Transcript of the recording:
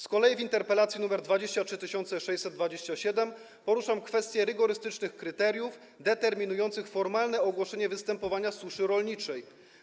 Z kolei w interpelacji nr 23627 poruszam kwestię rygorystycznych kryteriów determinujących formalne ogłoszenie występowania suszy rolniczej.